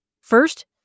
First